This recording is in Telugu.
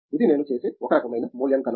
ఇది నేను చేసే ఒక రకమైన మూల్యాంకనం